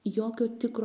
jokio tikro